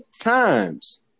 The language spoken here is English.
times